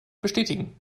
bestätigen